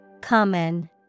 Common